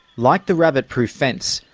like the rabbit proof fence,